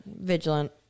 vigilant